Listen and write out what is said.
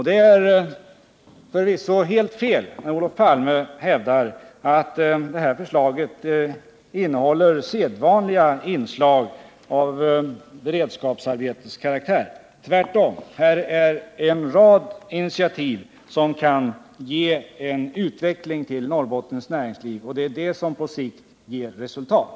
Det är förvisso helt fel när Olof Palme hävdar att förslagen innehåller sedvanliga inslag av beredskapsarbeteskaraktär. Tvärtom — det är en rad initiativ som kan ge en utveckling för Norrbottens näringsliv, och det är det som på sikt ger resultat.